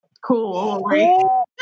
cool